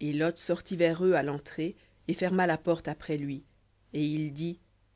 et lot sortit vers eux à l'entrée et ferma la porte après lui et il dit